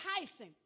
enticing